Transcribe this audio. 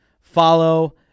follow